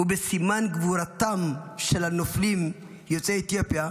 ובסימן גבורתם של הנופלים יוצאי אתיופיה,